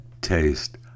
taste